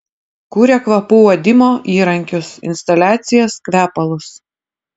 kuria kvapų uodimo įrankius instaliacijas kvepalus